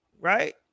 right